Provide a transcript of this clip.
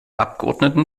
abgeordneten